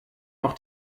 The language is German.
auch